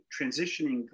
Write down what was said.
transitioning